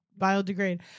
biodegrade